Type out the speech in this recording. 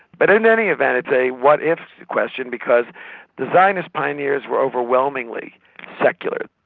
but in any event it's a what if? question because the zionist pioneers were overwhelmingly secular.